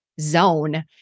zone